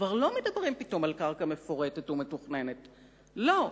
כבר לא מדברים פתאום על קרקע מפורטת ומתוכננת, לא.